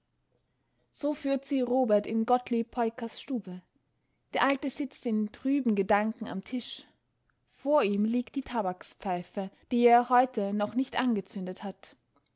so führt sie robert in gottlieb peukers stube der alte sitzt in trüben gedanken am tisch vor ihm liegt die tabakspfeife die er heute noch nicht angezündet hat